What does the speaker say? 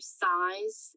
size